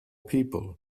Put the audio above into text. people